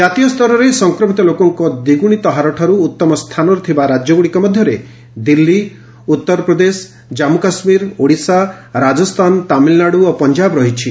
ଜାତୀୟ ସ୍ତରରେ ସଂକ୍ରମିତ ଲୋକଙ୍କ ଦ୍ୱିଗୁଣିତ ହାରଠାରୁ ଉତ୍ତମ ସ୍ଥାନରେ ଥିବା ରାଜ୍ୟଗୁଡ଼ିକ ମଧ୍ୟରେ ଦିଲ୍ଲୀ ଉତ୍ତର ପ୍ରଦେଶ ଜାମ୍ମୁ କାଶ୍କୀର ଓଡ଼ିଶା ରାଜସ୍ଥାନ ତାମିଲନାଡ଼ୁ ଓ ପଞ୍ଜାବ ରହିଛି